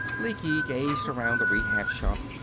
lecky gazed around the rehab shop.